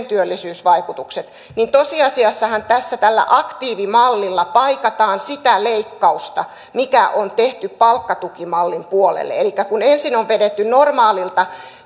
työllisyysvaikutukset lukee läpi niin tosiasiassahan tässä tällä aktiivimallilla paikataan sitä leikkausta mikä on tehty palkkatukimallin puolelle elikkä kun ensin on vedetty normaalilta